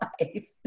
life